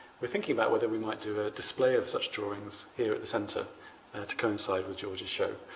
we're thinking about whether we might do a display of such drawings here at the centre to coincide with george's show.